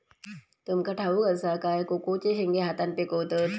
तुमका ठाउक असा काय कोकोचे शेंगे हातान पिकवतत